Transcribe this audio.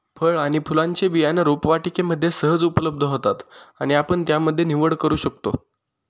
फळ आणि फुलांचे बियाणं रोपवाटिकेमध्ये सहज उपलब्ध होतात आणि आपण त्यामध्ये निवड करू शकतो